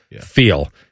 feel